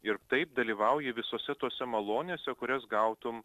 ir taip dalyvauji visose tose malonėse kurias gautum